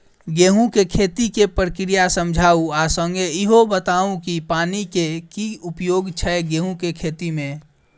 गेंहूँ केँ खेती केँ प्रक्रिया समझाउ आ संगे ईहो बताउ की पानि केँ की उपयोग छै गेंहूँ केँ खेती में?